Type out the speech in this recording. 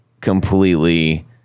completely